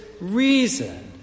reason